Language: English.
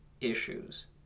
issues